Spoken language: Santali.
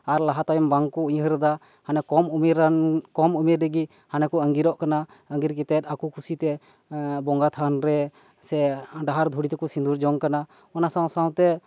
ᱟᱨ ᱞᱟᱦᱟ ᱛᱟᱭᱚᱢ ᱵᱟᱝ ᱠᱚ ᱩᱭᱦᱟᱹᱨ ᱮᱫᱟ ᱠᱚᱢ ᱩᱢᱮᱨᱟᱱ ᱠᱚᱢᱩᱢᱮᱨ ᱨᱤᱜᱤ ᱦᱟᱱᱮ ᱠᱚ ᱟᱹᱜᱤᱨᱚᱜ ᱠᱟᱱᱟ ᱟᱹᱜᱤᱨ ᱠᱟᱛᱮᱫ ᱟᱠᱚ ᱠᱩᱥᱤ ᱛᱮ ᱵᱚᱸᱜᱟ ᱛᱷᱟᱱ ᱨᱮ ᱥᱮ ᱰᱟᱦᱟᱨ ᱰᱷᱩᱲᱤ ᱛᱮᱠᱚ ᱥᱤᱸᱫᱩᱨ ᱡᱚᱝ ᱠᱟᱱᱟ ᱚᱱᱟ ᱥᱟᱶ ᱥᱟᱶᱛᱮ